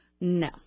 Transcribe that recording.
No